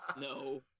No